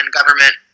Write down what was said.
government